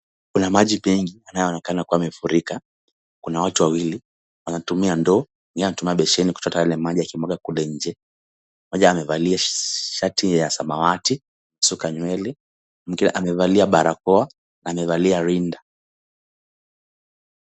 Kuna maji mengi yanaoonekana kuwa yamefurika. Kuna watu wawili wanatumia ndoo, mwingine anatumia beseni kuchota yale maji wakimwaga kule nje. Mmoja amevalia shati ya samawati, amesuka nywele. Mwingine amevalia barakoa na amevalia rinda.